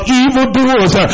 evildoers